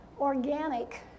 organic